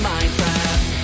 Minecraft